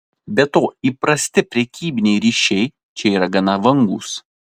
be to įprasti prekybiniai ryšiai čia yra gana vangūs